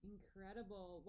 Incredible